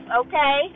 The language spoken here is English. okay